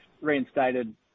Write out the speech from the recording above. reinstated